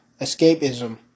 escapism